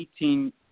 18